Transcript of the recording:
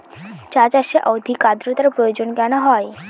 চা চাষে অধিক আদ্রর্তার প্রয়োজন কেন হয়?